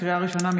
לקריאה ראשונה,